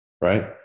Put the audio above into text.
right